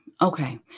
Okay